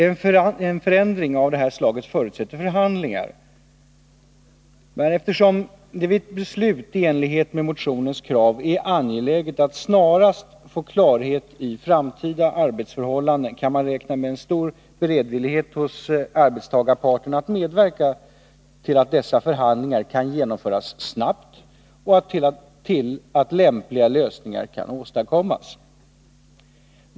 En förändring av detta slag förutsätter förhandlingar. Eftersom det vid ett beslut i enlighet med motionens krav är angeläget att snarast få klarhet i framtida arbetsförhållanden, kan man räkna med en stor beredvillighet hos arbetstgarparten att medverka till att dessa förhandlingar kan genomföras snabbt och till att lämpliga lösningar kan åstadkommas.